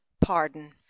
PARDON